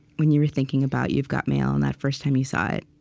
when you were thinking about you've got mail and that first time you saw it?